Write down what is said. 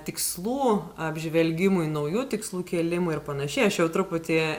tikslų apžvelgimui naujų tikslų kėlimui ir panašiai aš jau truputį